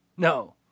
No